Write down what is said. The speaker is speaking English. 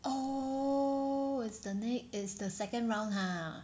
oh it's the ne~ is the second round ha